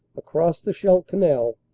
across the scheidt canal,